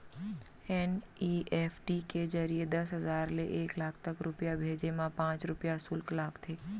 NEFT के जरिए दस हजार ले एक लाख तक रूपिया भेजे मा पॉंच रूपिया सुल्क लागथे